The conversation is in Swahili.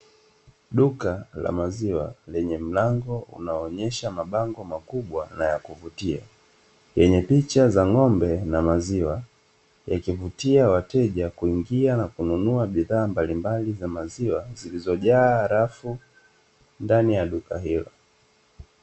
Duka la maziwa lenye mlango unaoonyesha mabango makubwa na kuvutia; yenye picha za ng'ombe na maziwa, yakivutia wateja kuingia na kununua bidhaa mbalimbali za maziwa, zilizojaa rafu ndani ya duka hilo.